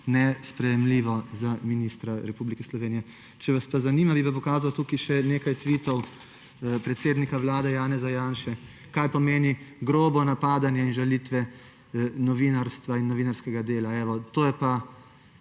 nesprejemljivo za ministra Republike Slovenije. Če vas pa zanima, bi pa pokazal tukaj še nekaj tvitov predsednika Vlade Janeza Janše, kaj pomeni grobo napadanje in žalitve novinarstva in novinarskega dela. Evo, to je pa